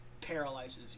paralyzes